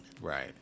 Right